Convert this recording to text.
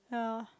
yeah